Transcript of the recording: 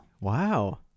Wow